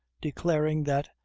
declaring that,